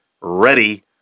ready